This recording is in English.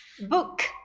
Book